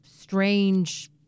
strange